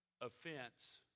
offense